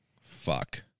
Fuck